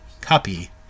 copy